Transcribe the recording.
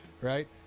Right